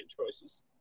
choices